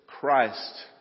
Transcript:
Christ